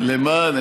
את מי ניצחתם?